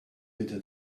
bitte